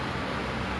like I've been